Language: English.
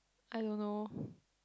I don't know